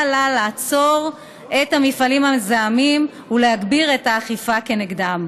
לה לעצור את המפעלים המזהמים ולהגביר את האכיפה כנגדם,